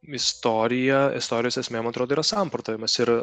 istorija istorijos esmė man atrodo yra samprotavimas ir